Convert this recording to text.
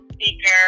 speaker